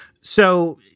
So-